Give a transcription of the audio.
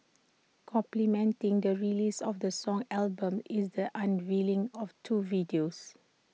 complementing the release of the song album is the unveiling of two videos